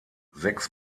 sechs